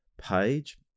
page